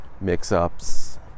mix-ups